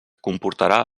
comportarà